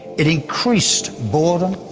it increased boredom,